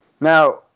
now